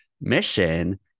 mission